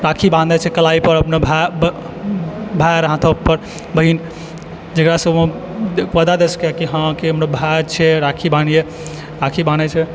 राखी बान्धै छै कलाइपर अपना भाय बऽ भाय हाथपर बहिन जेकरासँ वादा दय सकै कि हाँ कि हमरा भाय छै राखी बान्हियै राखी बान्है छै